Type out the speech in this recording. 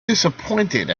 disappointed